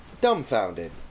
Dumbfounded